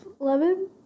Eleven